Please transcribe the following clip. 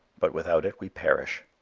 but without it we perish.